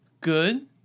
good